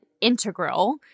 integral